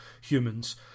humans